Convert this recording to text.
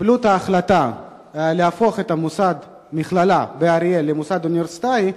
להפוך את המכללה באריאל למוסד אוניברסיטאי,